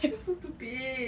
that so stupid